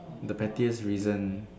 the pettiest reason